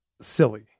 silly